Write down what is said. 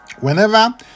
Whenever